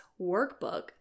workbook